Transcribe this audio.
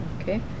Okay